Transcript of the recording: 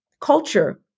culture